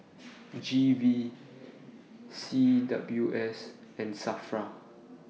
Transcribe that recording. G V C W S and SAFRA